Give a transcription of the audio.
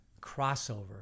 crossover